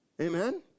Amen